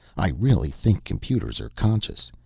i really think computers are conscious.